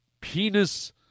Penis